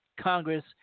Congress